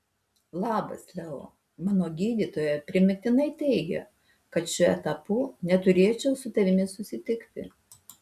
labas leo mano gydytoja primygtinai teigia kad šiuo etapu neturėčiau su tavimi susitikti